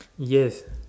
yes